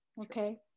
okay